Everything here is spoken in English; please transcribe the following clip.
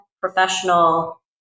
professional